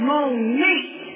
Monique